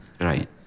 Right